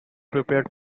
prepared